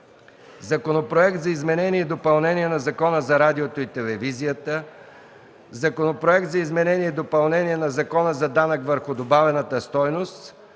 Законопроект за изменение и допълнение на Закона за радиото и телевизията; - Законопроект за изменение и допълнение на Закона за данък върху добавената стойност,